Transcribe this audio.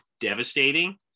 devastating